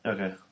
Okay